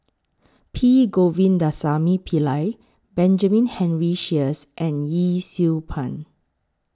P Govindasamy Pillai Benjamin Henry Sheares and Yee Siew Pun